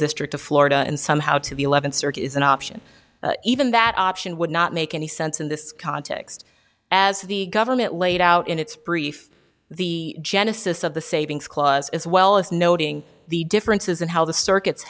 district of florida and somehow to the eleventh circuit is an option even that option would not make any sense in this context as the government laid out in its brief the genesis of the savings clause as well as noting the differences in how the circuits